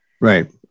right